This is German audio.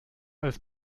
als